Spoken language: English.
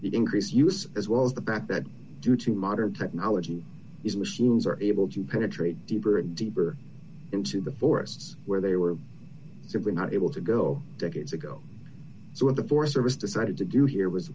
the increased use as well as the fact that due to modern technology these machines are able to penetrate deeper and deeper into the forests where they were simply not able to go decades ago so when the forest service decided to do here was